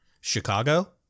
Chicago